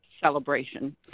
celebration